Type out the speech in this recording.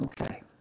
Okay